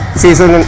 season